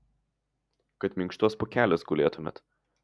kad minkštuos pūkeliuos gulėtumėt